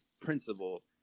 principle